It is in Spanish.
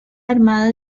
armada